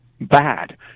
bad